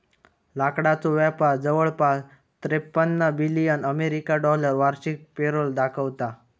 लाकडाचो व्यापार जवळपास त्रेपन्न बिलियन अमेरिकी डॉलर वार्षिक पेरोल दाखवता